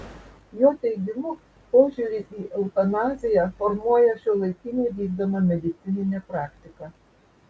jo teigimu požiūrį į eutanaziją formuoja šiuolaikinė vykdoma medicininė praktika